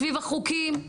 סביב החוקים.